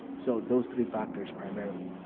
so those three factors primarily,